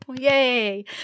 Yay